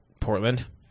Portland